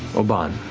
obann,